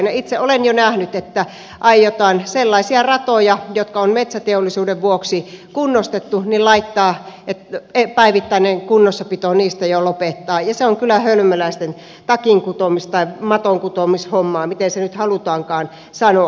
itse olen jo nähnyt että aiotaan sellaisten ratojen jotka on metsäteollisuuden vuoksi kunnostettu päivittäinen kunnossapito jo lopettaa ja se on kyllä hölmöläisten takinkutomis tai matonkutomishommaa miten se nyt halutaankaan sanoa